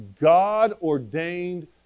god-ordained